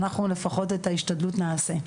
אנחנו לפחות את ההשתדלות נעשה,